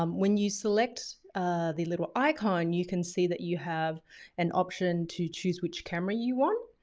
um when you select the little icon, you can see that you have an option to choose which camera you want.